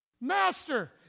Master